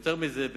יותר מזה,